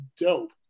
dope